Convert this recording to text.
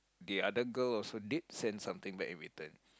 the other girl also did send something back in return